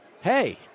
Hey